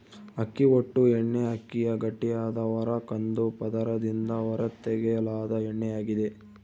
ಅಕ್ಕಿ ಹೊಟ್ಟು ಎಣ್ಣೆಅಕ್ಕಿಯ ಗಟ್ಟಿಯಾದ ಹೊರ ಕಂದು ಪದರದಿಂದ ಹೊರತೆಗೆಯಲಾದ ಎಣ್ಣೆಯಾಗಿದೆ